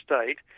state